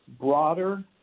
broader